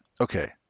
okay